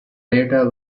data